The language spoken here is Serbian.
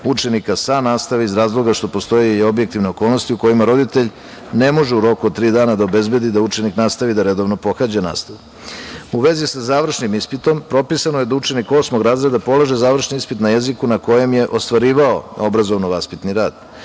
učenika sa nastave iz razloga što postoji i objektivne okolnosti u kojima roditelj ne može u roku od tri dana da obezbedi da učenik nastavi da redovno pohađa nastavu.U vezi sa završnim ispitom propisano je da učenik osmog razreda polaže završni ispit na jeziku na kojem je ostvarivao obrazovno vaspitni rad.